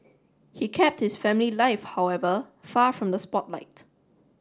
he kept his family life however far from the spotlight